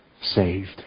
saved